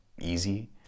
easy